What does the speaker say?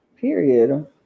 period